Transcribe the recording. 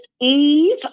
Eve